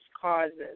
causes